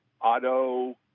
auto